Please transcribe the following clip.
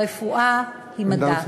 תראו, הרפואה היא מדע,